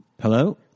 Hello